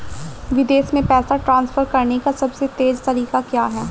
विदेश में पैसा ट्रांसफर करने का सबसे तेज़ तरीका क्या है?